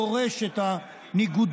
דורש את הניגודיות,